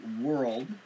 world